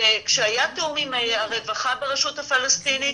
כשהיה תיאום עם הרווחה ברשות הפלסטינית,